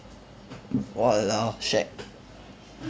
!walao! shag